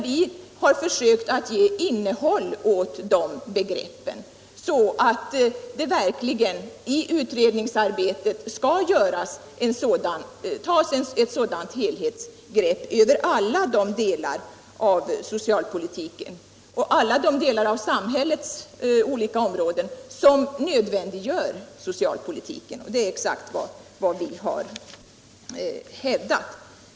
Vi har försökt att ge innehåll åt dessa uttryck, så att det verkligen under utredningsarbetet skall tas ett helhetsgrepp över alla delar av socialpolitiken och alla de delar av samhällets olika områden som nödvändiggör socialpolitiken. Det är exakt vad vi har hävdat.